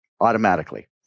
automatically